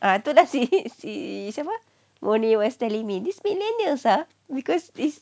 ah tu ah si si siapa was telling me these millennials ah because it's